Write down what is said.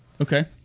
Okay